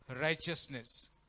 righteousness